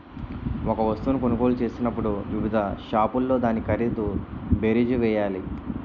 ఒక వస్తువును కొనుగోలు చేసినప్పుడు వివిధ షాపుల్లో దాని ఖరీదు బేరీజు వేయాలి